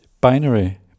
binary